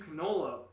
canola